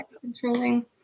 controlling